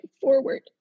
forward